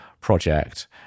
project